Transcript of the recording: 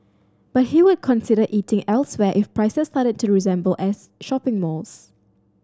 but he would consider eating elsewhere if prices started to resemble as shopping malls